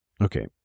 okay